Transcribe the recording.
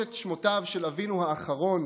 כשלושת שמותיו של אבינו האחרון,